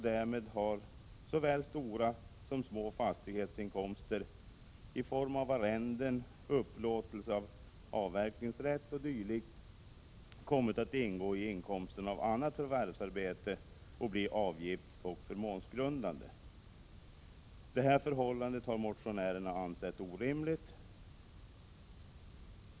Därmed har såväl stora som små fastighetsinkomster i form av arrenden, ersättning för upplåtelse av avverkningsrätt o. d. kommit att ingå i inkomsten av annat förvärvsarbete och bli avgiftsoch förmånsgrundande. Detta förhållande har motionärerna ansett orimligt.